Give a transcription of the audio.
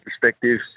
perspective